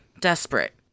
desperate